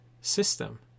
system